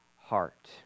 heart